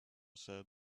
said